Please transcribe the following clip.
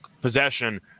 possession